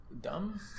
dumb